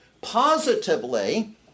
positively